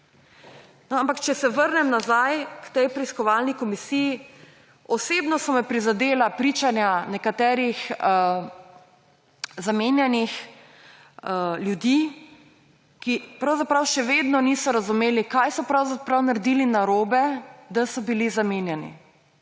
Ampak če se vrnem nazaj k tej preiskovalni komisiji, osebno so me prizadela pričanja nekaterih zamenjanih ljudi, ki pravzaprav še vedno niso razumeli, kaj so pravzaprav naredili narobe, da so bili zamenjani.